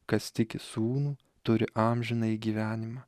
kas tiki sūnų turi amžinąjį gyvenimą